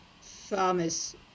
farmers